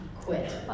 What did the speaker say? quit